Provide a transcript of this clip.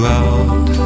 out